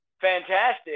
fantastic